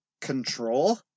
Control